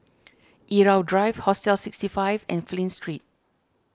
Irau Drive Hostel sixty five and Flint Street